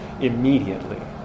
immediately